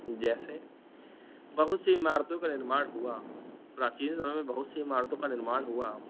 जैसे बहुत सी इमारतों का निर्माण हुआ प्राचीन समय में बहुत सी इमारतों का निर्माण हुआ